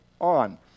on